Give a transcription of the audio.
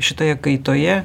šitoje kaitoje